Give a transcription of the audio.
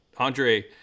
Andre